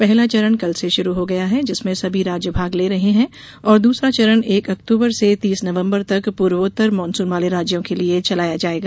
पहला चरण कल से शुरू हो गया है जिसमें सभी राज्य भाग ले रहे हैं और दूसरा चरण एक अक्तूबर से तीस नवम्बर तक पूर्वोत्तर मानसून वाले राज्यों के लिए चलाया जाएगा